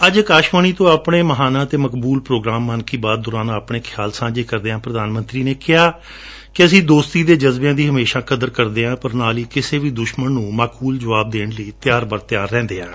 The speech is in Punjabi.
ਅੱਜ ਅਕਾਸ਼ਵਾਣੀ ਤੋਂ ਆਪਣੇ ਮਹਾਨਾ ਮਕਬੁਲ ਪ੍ਰੋਗਰਾਮ ਮਨ ਕੀ ਬਾਤ ਦੌਰਾਨ ਆਪਣੇ ਖਿਆਲ ਸਾਂਝੇ ਕਰਦਿਆਂ ਪ੍ਰਧਾਨ ਮੰਤਰੀ ਨੇ ਕਿਹਾ ਕਿ ਅਸੀ ਦੋਸਤੀ ਦੇ ਜਜਬਿਆਂ ਦੀ ਹਮੇਸ਼ਾ ਕਦਰ ਕਰਦੇ ਹਾਂ ਪਰ ਨਾਲ ਹੀ ਕਿਸੇ ਵੀ ਦੁਸ਼ਮਣ ਨੂੰ ਮਾਕੂਲ ਜਵਾਬ ਦੇਣ ਲਈ ਵੀ ਤਿਆਰ ਬਰ ਤਿਆਰ ਬਣੇ ਹੋਏ ਹਾਂ